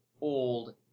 old